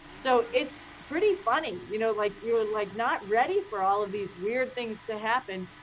so it's pretty funny, you know like you're like not ready for all of these weird things that happen.